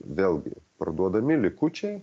vėlgi parduodami likučiai